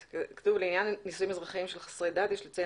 'לעניין נישואים אזרחיים של חסרי דת יש לציין